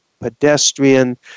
pedestrian